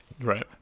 Right